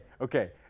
okay